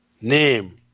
name